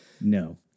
No